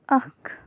اَکھ